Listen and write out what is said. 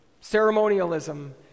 ceremonialism